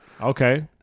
Okay